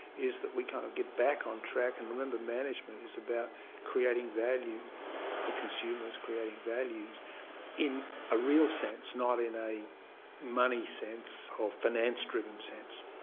is that we kind of get back on track and remember management is about creating value for consumers, creating values in a real sense, not in a money sense or finance-driven sense.